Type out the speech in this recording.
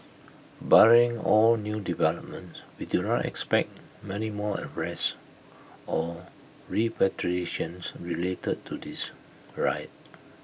barring all new developments we do not expect many more arrests or repatriations related to this riot